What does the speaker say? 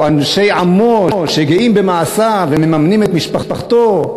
או אנשי עמו שגאים במעשיו ומממנים את משפחתו,